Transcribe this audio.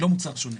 היא לא מוצר שונה,